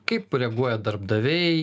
kaip reaguoja darbdaviai